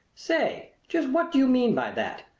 say, just what do you mean by that?